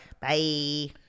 Bye